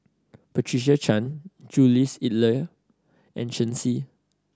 Patricia Chan Jules Itier and Shen Xi